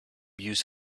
used